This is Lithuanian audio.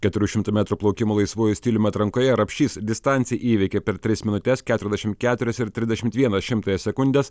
keturių šimtų metrų plaukimo laisvuoju stiliumi atrankoje rapšys distanciją įveikė per tris minutes keturiasdešim keturias ir trisdešim vieną šimtąją sekundės